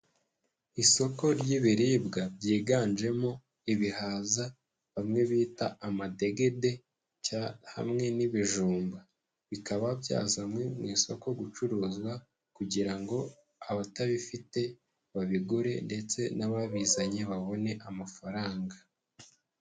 Isoko ry'ibiribwa byiganjemo ibihaza, bamwe bita amadegede, hamwe n'ibijumba. Bikaba byazanywe mu isoko gucuruzwa kugira ngo abatabifite babigure, ndetse n'ababizanye babone amafaranga.